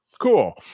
Cool